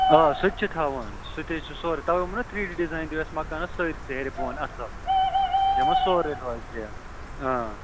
آ سُہ تہِ چھِ تھاوُن سُہ تہِ حظ سورُے تَوے ووٚنمَے نا تھرٛی ڈی ڈِزایِن دِ اَسہِ مکانَس سٲرسٕے ہٮ۪رِ بۄن اَصٕل یِمَن سورُے روزِ زِ